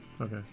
Okay